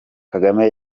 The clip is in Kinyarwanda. kagame